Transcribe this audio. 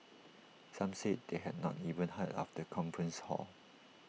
some said they had not even heard of the conference hall